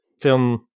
film